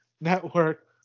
Network